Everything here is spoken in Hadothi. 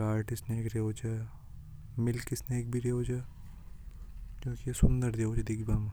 गर्द स्नेक रेवे च मिल्क स्नेक भी रेवे च जो कि सुंदर रेवे च दिखना में।